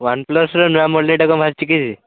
ୱାନ୍ପ୍ଲସ୍ର ନୂଆ ମଡ଼େଲଟା କ'ଣ ବାହାରିଛି କି